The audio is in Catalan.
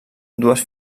dues